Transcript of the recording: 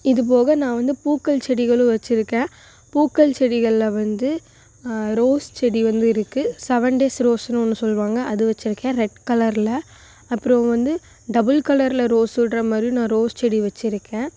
இதுபோக நான் வந்து பூக்கள் செடிகளும் வச்சிருக்கேன் பூக்கள் செடிகளில் வந்து ரோஸ் செடி வந்து இருக்கு செவன் டேஸ் ரோஸ்னு ஒன்று சொல்வாங்க அது வச்சிருக்கேன் ரெட் கலரில் அப்புறோம் வந்து டபுள் கலரில் ரோஸ் சொல்கிற மாதிரியும் நான் ரோஸ் செடி வச்சிருக்கேன்